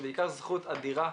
בעיקר זכות אדירה.